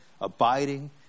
Abiding